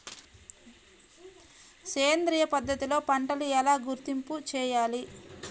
సేంద్రియ పద్ధతిలో పంటలు ఎలా గుర్తింపు చేయాలి?